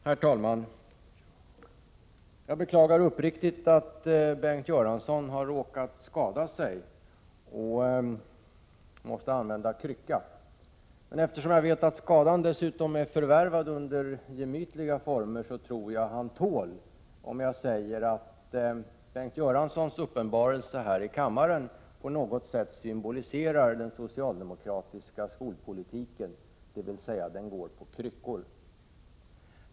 Herr talman! Jag beklagar uppriktigt att Bengt Göransson har råkat skada sig och måste använda krycka. Eftersom jag vet att skadan är förvärvad under gemytliga former, tror jag emellertid att Bengt Göransson tål om jag säger att hans uppenbarelse här i kammaren på något sätt symboliserar den socialdemokratiska skolpolitiken, dvs. även den går på kryckor.